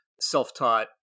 self-taught